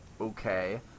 Okay